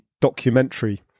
documentary